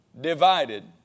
divided